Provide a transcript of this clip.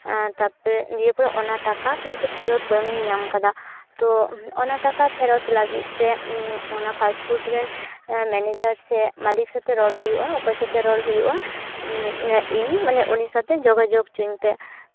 ᱛᱟᱯᱚᱨᱮ ᱫᱤᱭᱮᱯᱚᱨᱮ ᱚᱱᱟ ᱴᱟᱠᱟ ᱠᱤᱱᱛᱩ ᱯᱷᱮᱨᱚᱛ ᱵᱟᱹᱝᱤᱧ ᱧᱟᱢ ᱠᱟᱫᱟ ᱛᱳ ᱚᱱᱟ ᱴᱟᱠᱟ ᱯᱷᱮᱨᱚᱛ ᱞᱟᱹᱜᱤᱫᱛᱮ ᱚᱱᱟ ᱯᱷᱟᱥᱯᱷᱩᱰ ᱨᱮᱱ ᱢᱮᱱᱮᱡᱟᱨ ᱥᱮ ᱢᱟᱞᱤᱠ ᱥᱟᱛᱮ ᱨᱚᱲ ᱦᱩᱭᱩᱜᱼᱟ ᱚᱠᱚᱭ ᱥᱟᱛᱮ ᱨᱚᱲ ᱦᱩᱭᱩᱜᱼᱟ ᱤᱧ ᱢᱟᱱᱮ ᱩᱱᱤ ᱥᱟᱛᱮ ᱡᱳᱜᱟᱡᱳᱜᱽ ᱦᱚᱪᱚᱧᱯᱮ